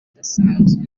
budasanzwe